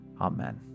amen